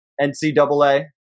ncaa